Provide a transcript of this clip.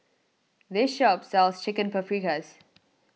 this shop sells Chicken Paprikas